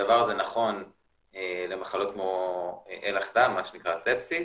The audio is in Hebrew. הדבר נכון למחלות כמו אלח דם, ספסיס,